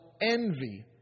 envy